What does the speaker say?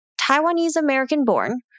Taiwanese-American-born